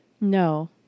No